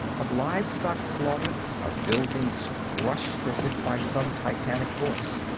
of livestock slaughtered, of buildings crushed as if by some titanic force.